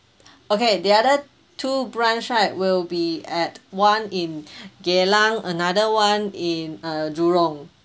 okay the other two branch right will be at one in geylang another one in uh jurong